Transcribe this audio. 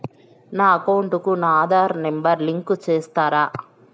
నా అకౌంట్ కు నా ఆధార్ నెంబర్ లింకు చేసారా